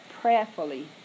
prayerfully